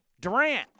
Durant